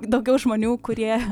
daugiau žmonių kurie